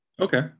Okay